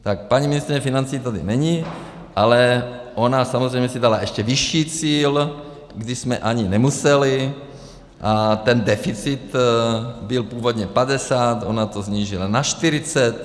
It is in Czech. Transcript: Tak paní ministryně financí tady není, ale ona samozřejmě si dala ještě vyšší cíl, kdy jsme ani nemuseli, ten deficit byl původně 50, ona to snížila na 40.